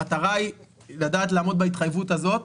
המטרה היא לדעת לעמוד בהתחייבות הזאת.